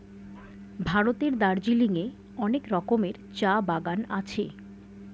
ভারতের দার্জিলিং এ অনেক রকমের চা বাগান আছে